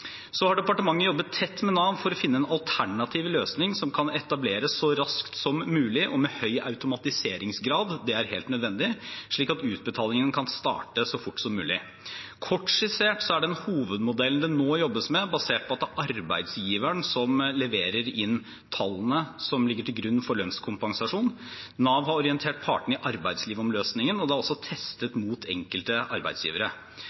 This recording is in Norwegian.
Departementet har jobbet tett med Nav for å finne en alternativ løsning som kan etableres så raskt som mulig, og med høy automatiseringsgrad. Det er helt nødvendig, slik at utbetalingen kan starte så fort som mulig. Kort skissert er den hovedmodellen det nå jobbes med, basert på at det er arbeidsgiveren som leverer inn tallene som ligger til grunn for lønnskompensasjonen. Nav har orientert partene i arbeidslivet om løsningen, og det er også testet mot enkelte arbeidsgivere.